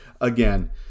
again